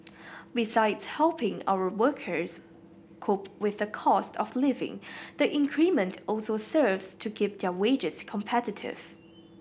besides helping our workers cope with the cost of living the increment also serves to keep their wages competitive